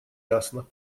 ясно